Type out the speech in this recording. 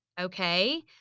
okay